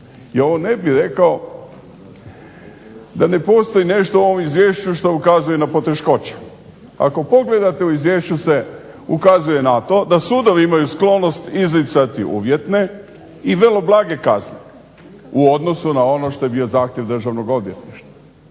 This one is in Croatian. I ovo ne bih rekao da ne postoji nešto što u ovom izvješću ukazuje na poteškoće. Ako pogledate u izvješću se ukazuje na to da sudovi imaju sklonost izricati uvjetne i vrlo blage kazne u odnosu na ono što je bio zahtjev Državno odvjetništva.